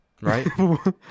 right